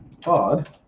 pod